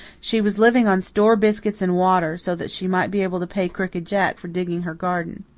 she was living on store biscuits and water, so that she might be able to pay crooked jack for digging her garden.